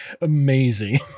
Amazing